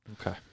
Okay